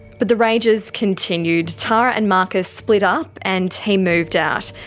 but the rages continued. tara and marcus split up and he moved out.